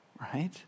right